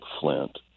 Flint